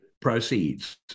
proceeds